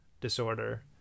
disorder